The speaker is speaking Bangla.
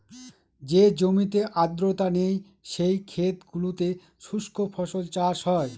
যে জমিতে আর্দ্রতা নেই, সেই ক্ষেত গুলোতে শুস্ক ফসল চাষ হয়